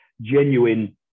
genuine